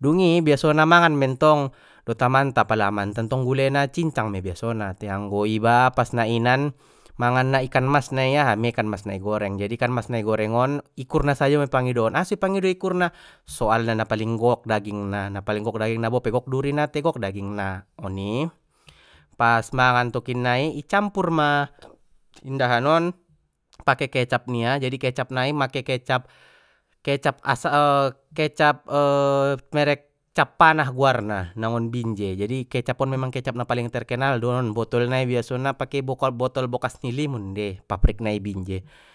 dungi biasona mangan mentong dot amanta pala amanta tong gulena cincang mei biasona te anggo iba pas na inan mangan na ikan mas nai aha mei ikan mas na i goreng jadi ikan mas na i goreng on ikurna sajo pangidoon aso ipangido ikurna soalna na paling gok dagingna na paling gok dagingna bope gok durina tai gok dagingna oni, pas mangan tokinnai i campur ma indahan on pake kecap nia jadi kecap nai make kecap, kecap kecap merek cap panah goarna nangon binjai jadi kecap on memang kecap na paling terkenal do on botol nai biasana pake botol bokas ni limun dei pabrik na i binje.